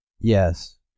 Yes